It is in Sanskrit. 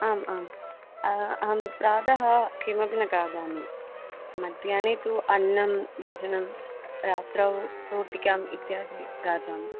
आम् आं अहं प्रातः किमपि न खादामि मध्याह्ने तु व्यञ्जनं रात्रौ रोटिकाम् इत्यादि खादामि